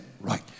right